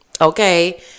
okay